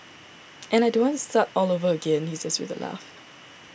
and I don't want to start all over again he says with a laugh